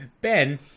Ben